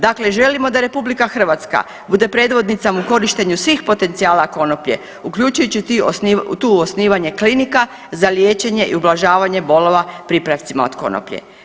Dakle, želimo da Republika Hrvatska bude predvodnica u korištenju svih potencijala konoplje uključujući tu osnivanje klinika za liječenje i ublažavanje bolova pripravcima od konoplje.